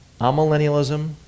Amillennialism